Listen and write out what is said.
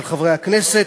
של חברי הכנסת,